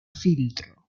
filtro